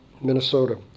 Minnesota